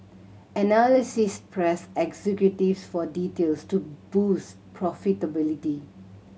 analysts pressed executives for details to boost profitability